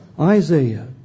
Isaiah